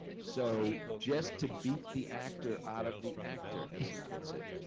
so, just to beat the actor out of the actor, as he puts it.